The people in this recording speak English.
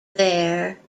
there